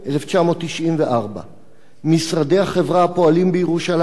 1994. משרדי החברה הפועלים בירושלים הם